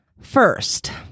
First